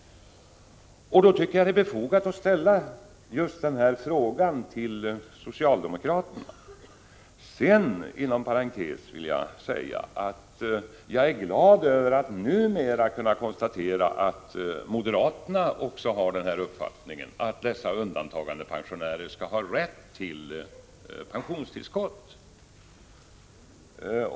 Då tycker jag att det är befogat att ställa just den här frågan till socialdemokraterna. Inom parentes vill jag säga att jag är glad över att kunna konstatera att moderaterna numera också har uppfattningen att dessa undantagandepensionärer skall ha rätt till pensionstillskott.